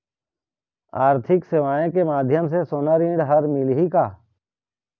आरथिक सेवाएँ के माध्यम से सोना ऋण हर मिलही का?